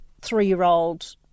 three-year-old